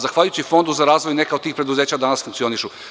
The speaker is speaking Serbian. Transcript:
Zahvaljujući Fondu za razvoj, neka od tih preduzeća danas funkcionišu.